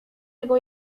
jego